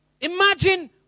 Imagine